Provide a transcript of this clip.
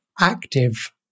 active